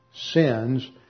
sins